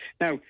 Now